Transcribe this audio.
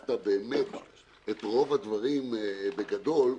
הקפת באמת את רוב הדברים בגדול,